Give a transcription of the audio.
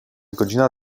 godzina